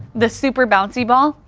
the super bouncy ball,